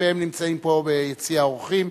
והם נמצאים פה ביציע האורחים.